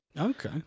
Okay